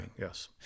yes